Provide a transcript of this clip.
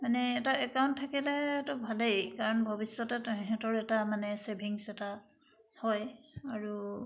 মানে এটা একাউণ্ট থাকিলেতো ভালেই কাৰণ ভৱিষ্যতে তাহাঁতৰ এটা মানে চেভিংছ এটা হয় আৰু